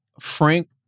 Frank